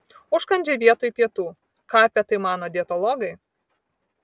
užkandžiai vietoj pietų ką apie tai mano dietologai